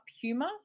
humor